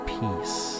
peace